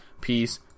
Peace